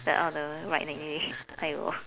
like all the write neatly !aiyo!